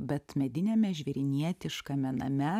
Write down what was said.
bet mediniame žvėrynietiškame name